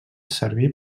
servir